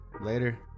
later